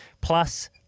Plus